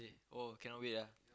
oh cannot wait ah